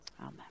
Amen